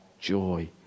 joy